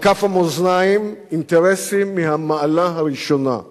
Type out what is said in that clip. על כף המאזניים אינטרסים מהמעלה הראשונה,